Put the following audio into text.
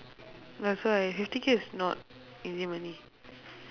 that's why fifty K is not easy money